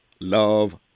love